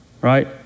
right